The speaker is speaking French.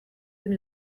deux